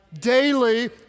Daily